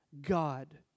God